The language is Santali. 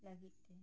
ᱫᱚᱦᱚᱭ ᱞᱟᱹᱜᱤᱫ ᱛᱮ